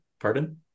pardon